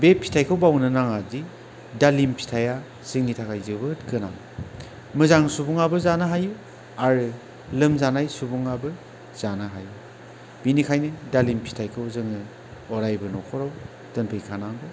बे फिथाइखौ बावनो नाङा दि दालिम फिथाइआ जोंनि थाखाय जोबोद गोनां मोजां सुबुङाबो जानो हायो आरो लोमजानाय सुबुङाबो जानो हायो बेनिखायनो दालिम फिथाइखौ जोङो अरायबो न'खराव दोनफैखानांगौ